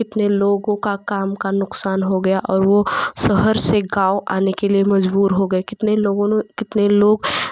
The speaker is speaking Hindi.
कितने लोगों का काम नुकसान हो गया और वो शहर से गाँव आने के लिए मजबूर हो गए कितने लोगों ने कितने लोग